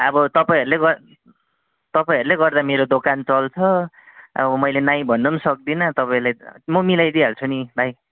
अब तपाईँहरूले ग तपाईँहरूले गर्दा मेरो दोकान चल्छ अब मैले नाई भन्नुम् सक्दिनँ तपाईँलाई म मिलाइ दिहाल्छुनि भाइ